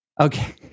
Okay